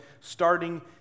starting